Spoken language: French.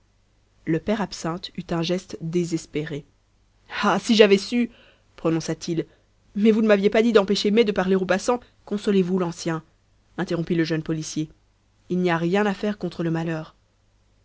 le père absinthe eut un geste désespéré ah si j'avais su prononça-t-il mais vous ne m'aviez pas dit d'empêcher mai de parler aux passants consolez-vous l'ancien interrompit le jeune policier il n'y a rien à faire contre le malheur